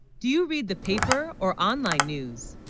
do you read the paper or online news